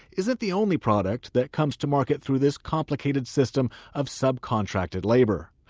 isn't the only product that comes to market through this complicated system of sub-contracted labor.